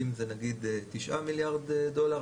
אם זה נגיד 9 מיליארד דולר,